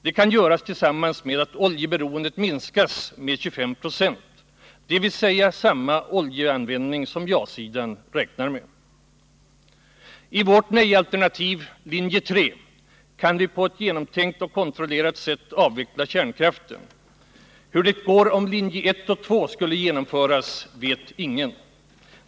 Det kan göras tillsammans med att oljeberoendet minskas med 25 96, vilket således motsvarar samma oljeanvändning som ja-sidan räknar med. Genom vårt nej-alternativ, linje 3, kan vi på ett genomtänkt och kontrollerat sätt avveckla kärnkraften. Hur det går om linjerna 1 och 2 skulle genomföras vet ingen.